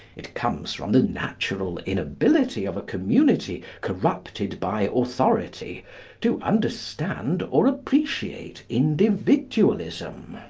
it comes from the natural inability of a community corrupted by authority to understand or appreciate individualism.